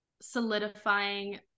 solidifying